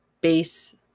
base